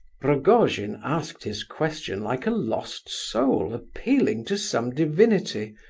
rogojin asked his question like a lost soul appealing to some divinity,